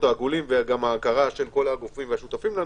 העגולים וההכרה של הגופים והשותפים לנו,